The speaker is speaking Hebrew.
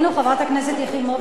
על-ידי חברת הכנסת יחימוביץ,